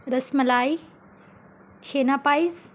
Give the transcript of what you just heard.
رس ملائی چھینا پائز